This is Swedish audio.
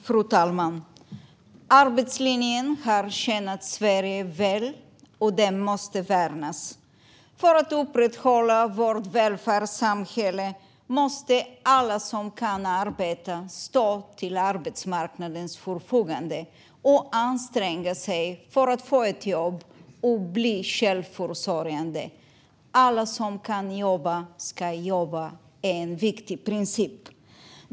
Fru talman! Arbetslinjen har tjänat Sverige väl, och den måste värnas. För att upprätthålla vårt välfärdssamhälle måste alla som kan arbeta stå till arbetsmarknadens förfogande och anstränga sig för att få ett jobb och bli självförsörjande. Alla som kan jobba ska jobba; det är en viktig princip.